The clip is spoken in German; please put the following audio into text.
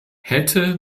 hätte